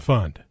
Fund